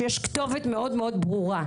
שיש כתובת מאוד מאוד ברורה.